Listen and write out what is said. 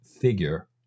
figure